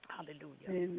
Hallelujah